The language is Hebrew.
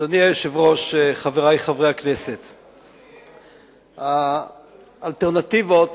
אדוני היושב-ראש, חברי חברי הכנסת, כל האלטרנטיבות